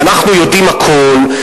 אנחנו יודעים הכול,